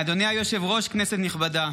אדוני היושב-ראש, כנסת נכבדה,